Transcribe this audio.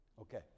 Okay